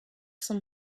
some